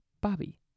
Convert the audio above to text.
Bobby